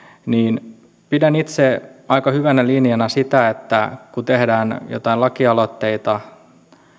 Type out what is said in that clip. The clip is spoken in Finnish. niin pidän itse aika hyvänä linjana sitä että kun tehdään joitain lakialoitteita